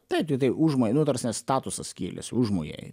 taip tiktai užmojai nu ta prasme statusas skylėsi užmojai